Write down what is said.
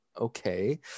Okay